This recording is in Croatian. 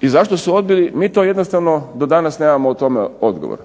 i zašto su odbili mi to jednostavno do danas nemamo o tome odgovor.